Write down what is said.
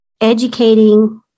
educating